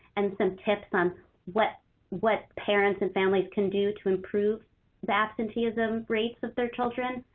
and some tips on what what parents and families can do to improve the absenteeism rates of their children.